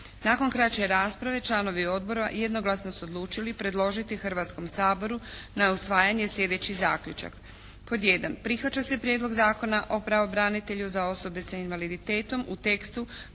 Nakon kraće rasprave članovi odbora jednoglasno su odlučili predložiti Hrvatskom saboru na usvajanje sljedeći zaključak. Pod 1) Prihvaća se prijedlog zakona o pravobranitelju za osobe sa invaliditetom u tekstu